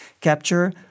capture